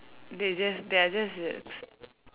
they just they are just there